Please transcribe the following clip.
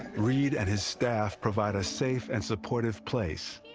reed and his staff provide a safe and supportive place